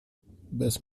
bez